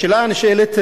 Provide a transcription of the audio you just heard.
השאלה הנשאלת,